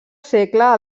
segle